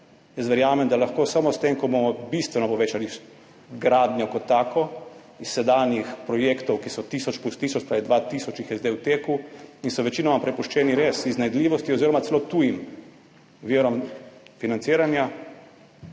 Jaz verjamem, da lahko samo s tem, ko bomo bistveno povečali gradnjo kot tako, iz sedanjih projektov, ki so tisoč, plus tisoč, dva tisoč jih je sedaj v teku in so večinoma prepuščeni res iznajdljivosti oziroma celo tujim virom financiranja,